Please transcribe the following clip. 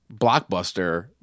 blockbuster